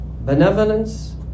Benevolence